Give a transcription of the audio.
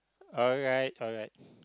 alright alright